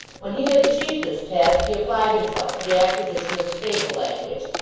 when he had achieved this task, he applied himself to the acquisition of stable language,